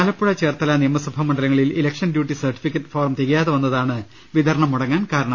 ആലപ്പുഴ ചേർത്തല നിയമസഭാ മണ്ഡലങ്ങളിൽ election duty certificate form തികയാതെ വന്നതാണ് വിതരണം മുടങ്ങാൻ കാരണം